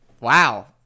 Wow